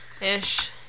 ish